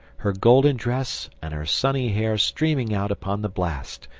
her golden dress and her sunny hair streaming out upon the blast,